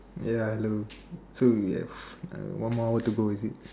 ya hello so we have uh one more hour to go is it